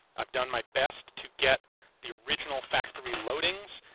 i've done my best to get the original factory loadings,